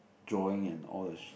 drawing and all the shi~